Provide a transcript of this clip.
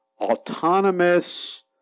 autonomous